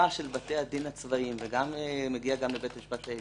ב-3% מהם שלא עמדנו, על 1% מתוכם קיבלנו אישור